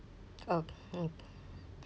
okay